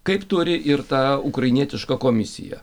kaip turi ir ta ukrainietiška komisija